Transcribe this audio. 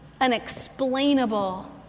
unexplainable